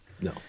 No